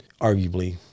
arguably